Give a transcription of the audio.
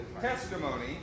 testimony